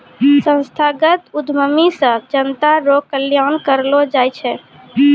संस्थागत उद्यमी से जनता रो कल्याण करलौ जाय छै